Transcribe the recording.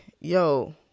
Yo